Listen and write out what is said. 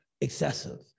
excessive